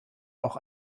auch